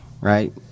right